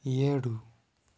ఏడు